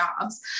Jobs